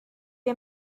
روی